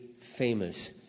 famous